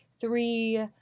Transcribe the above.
three